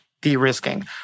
de-risking